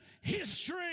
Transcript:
history